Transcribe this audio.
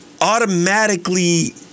automatically